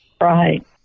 Right